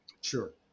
Sure